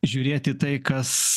žiūrėti tai kas